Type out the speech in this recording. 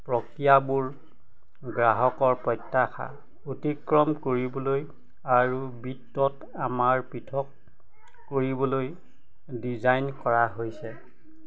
প্ৰক্ৰিয়াবোৰ গ্ৰাহকৰ প্ৰত্যাশা অতিক্ৰম কৰিবলৈ আৰু বিত্তত আমাক পৃথক কৰিবলৈ ডিজাইন কৰা হৈছে